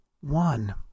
one